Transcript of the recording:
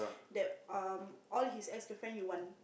that um all his ex girlfriend you want